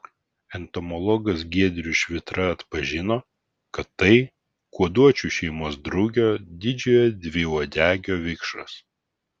entomologas giedrius švitra atpažino kad tai kuoduočių šeimos drugio didžiojo dviuodegio vikšras